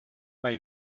bei